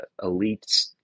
elites